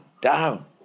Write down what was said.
down